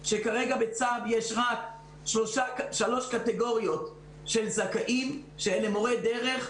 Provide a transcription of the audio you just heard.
שכרגע בצו יש רק 3 קטגוריות של זכאים שאלה מורי דרך,